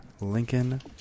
Lincoln